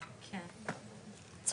בבקשה.